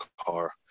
car